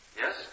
Yes